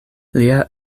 lia